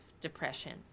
depression